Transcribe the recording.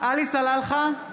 עלי סלאלחה,